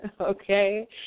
Okay